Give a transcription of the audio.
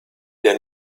der